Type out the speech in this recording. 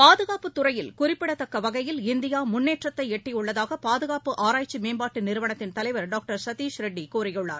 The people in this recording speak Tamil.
பாதுகாப்புத் கிறையில் குறிப்பிடத்தக்கவகையில் இந்தியாமுன்னேற்றத்தைட்டியுள்ளதாகபாதுகாப்பு ஆராய்ச்சிமேம்பாட்டுநிறுவனத்தின் தலைவர் டாக்டர் சதீஷ் ரெட்டிகூறியுள்ளார்